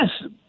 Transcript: yes